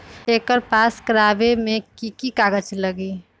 एकर पास करवावे मे की की कागज लगी?